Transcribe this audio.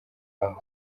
aho